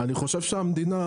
אני חושב שהמדינה